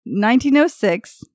1906